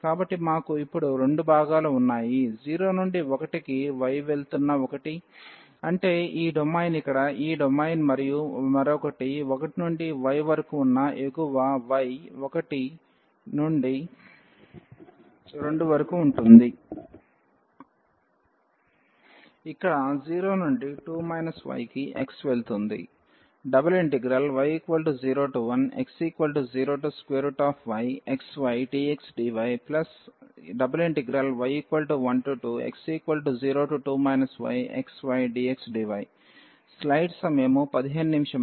కాబట్టి మాకు ఇప్పుడు రెండు భాగాలు ఉన్నాయి 0 నుండి 1 కి y వెళ్తున్న ఒకటి అంటే ఈ డొమైన్ ఇక్కడ ఈ డొమైన్ మరియు మరొకటి 1 నుండి y వరకు ఉన్న ఎగువ y ఒకటి 1 నుండి 2 వరకు ఉంటుంది ఇక్కడ 0 నుండి 2 y కి x వెళుతుంది